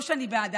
לא שאני בעדה.